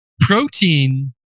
protein